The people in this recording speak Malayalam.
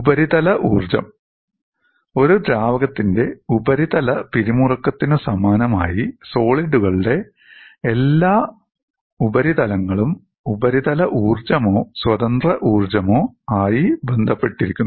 ഉപരിതല ഊർജ്ജം ഒരു ദ്രാവകത്തിന്റെ ഉപരിതല പിരിമുറുക്കത്തിന് സമാനമായി സോളിഡുകളുടെ എല്ലാ ഉപരിതലങ്ങളും ഉപരിതലഊർജ്ജമോ സ്വതന്ത്രഊർജ്ജമോ ആയി ബന്ധപ്പെട്ടിരിക്കുന്നു